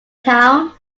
town